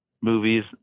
movies